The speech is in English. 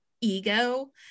ego